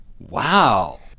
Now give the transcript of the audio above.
Wow